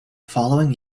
following